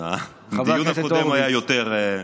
חבר הכנסת הורוביץ,